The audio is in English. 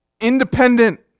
independent